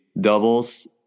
doubles